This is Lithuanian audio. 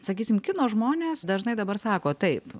sakysim kino žmonės dažnai dabar sako taip